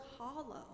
hollow